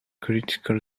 critical